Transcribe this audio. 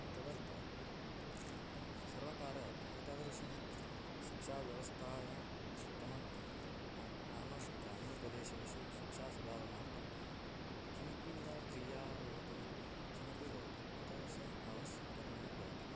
तदर्थं सर्वकारः अपि एतादृश्यां शिक्षा व्यवस्थायाम् उत्तमः नाम ग्राम्यप्रदेशेषु शिक्षा सुधारणार्थं कापि क्रिया भवतु किमपि भवतु एतादृशः अवश्यं करणीयं भवति